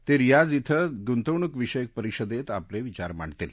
ते रियाझ ॐ गुंतवणूक विषयक परिषदेत आपले विचार मांडतील